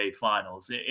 Finals